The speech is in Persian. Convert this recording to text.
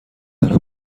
دانم